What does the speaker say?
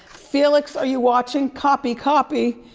felix are you watching? copy, copy,